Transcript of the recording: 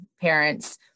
parents